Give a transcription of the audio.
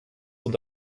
und